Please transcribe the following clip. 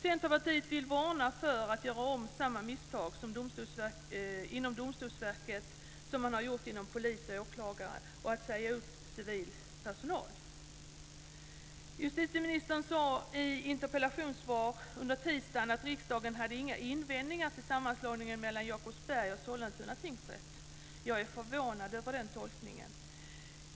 Centerpartiet vill varna för att göra om samma misstag inom Domstolsverket som man har gjort hos polis och åklagare, att säga upp civil personal. Justitieministern sade i ett interpellationssvar under tisdagen att riksdagen inte hade några invändningar mot sammanslagningen av Jakobsbergs och Sollentuna tingsrätter. Jag är förvånad över den tolkningen.